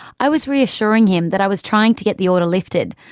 i was reassuring him that i was trying to get the order lifted,